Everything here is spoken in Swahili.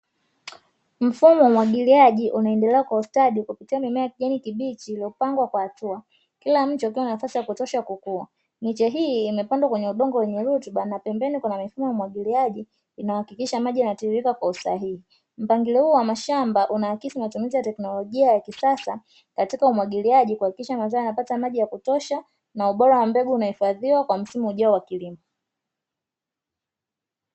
Mfumo wa umwagiliaji unaendelea kwa ustadi kupitia mimea ya kijani kibichi iliyopangwa kwa hatua, Kila mche ukiwa na nafasi ya kutosha kukua. Miche hii imepandwa kwenye udongo wenye rutuba na pembeni Kuna mifumo ya umwagiliaji inayohakikisha maji yanatiririka kwa usahihi, mpangilio huu wa mashamba unaakisi matumizi ya teknolojia ya kisasa katika umwagiliaji kuhakikisha mazao yanapata maji wa kutosha na ubora wa mbegu unahifadhiwa kwa msimu ujao wa kilimo.